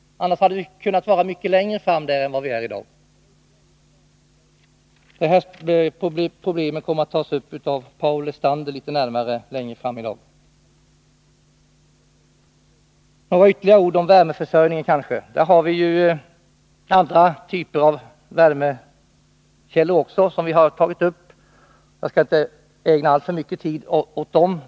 Annars hade vi där kunnat ligga mycket längre fram än vi i dag gör. Det här problemet kommer att utvecklas närmare av Paul Lestander längre fram i dag. Ytterligare några ord om värmeförsörjningen! Det finns också andra typer av värmekällor som vi tagit upp — jag skall inte ägna alltför lång tid åt dem.